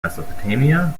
mesopotamia